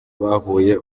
bahuye